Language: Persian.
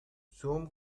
زوم